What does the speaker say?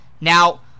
Now